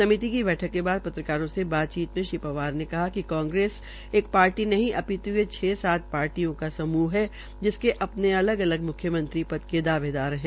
समिति की बैठक के पत्रकारों से बातचीत मे श्री पंवार ने कहा कि कांग्रेस एक पार्टी नहीं अपितु ये छ सात पार्टियों का समूह है जिसके अपने अलग अलग म्ख्यमंत्री पद के दावेदार है